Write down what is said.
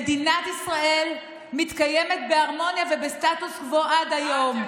מדינת ישראל מתקיימת בהרמוניה ובסטטוס קוו עד היום,